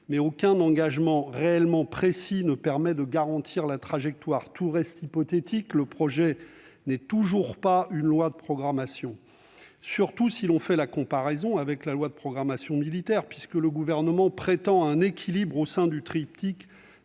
Mais aucun engagement réellement précis ne permet de garantir la trajectoire. Tout reste hypothétique et ce texte n'est toujours pas une loi de programmation. Surtout si on le compare à la loi de programmation militaire, comparaison pertinente, puisque le Gouvernement prétend viser l'équilibre au sein du triptyque